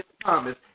promise